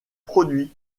produit